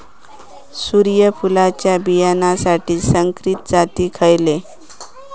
सूर्यफुलाच्या बियानासाठी संकरित जाती खयले?